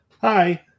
hi